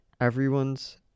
everyone's